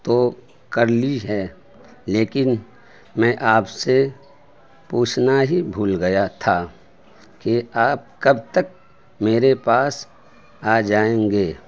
تو کر لی ہے لیکن میں آپ سے پوچھنا ہی بھول گیا تھا کہ آپ کب تک میرے پاس آ جائیں گے